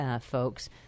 folks